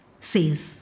says